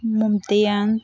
ꯃꯝꯇꯤꯌꯥꯟ